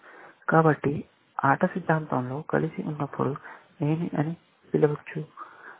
కాబట్టి ఆట సిద్ధాంతంతో కలిసి ఉన్నప్పుడు ఏమి అని పిలవచ్చు